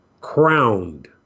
crowned